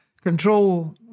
control